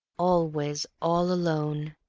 always all alone.